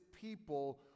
people